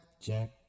Jack